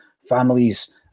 families